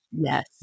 Yes